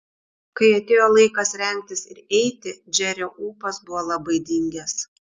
kai atėjo laikas rengtis ir eiti džerio ūpas buvo labai dingęs